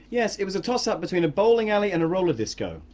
yes, it was a toss up between a bowling alley and a roller disco.